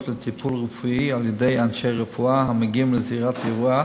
לטיפול רפואי על-ידי אנשי רפואה המגיעים לזירת אירוע,